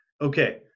Okay